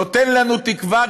נותן לנו תקווה,